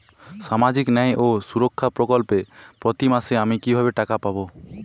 সামাজিক ন্যায় ও সুরক্ষা প্রকল্পে প্রতি মাসে আমি কিভাবে টাকা পাবো?